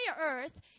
earth